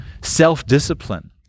self-discipline